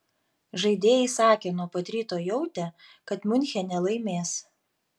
žaidėjai sakė nuo pat ryto jautę kad miunchene laimės